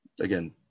again